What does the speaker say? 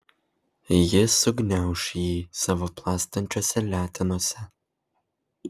ji sugniauš jį savo plastančiose letenose